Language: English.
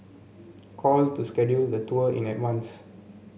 call to schedule the tour in advance